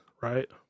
right